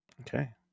Okay